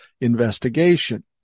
investigation